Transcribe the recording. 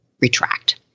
retract